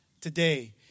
today